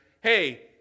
hey